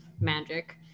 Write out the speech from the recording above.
Magic